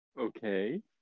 Okay